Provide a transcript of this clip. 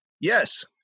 yes